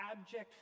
abject